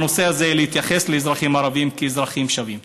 בנושא הזה להתייחס לאזרחים ערבים כאל אזרחים שווים.